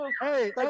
Hey